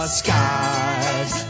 skies